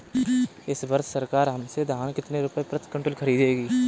इस वर्ष सरकार हमसे धान कितने रुपए प्रति क्विंटल खरीदेगी?